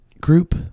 Group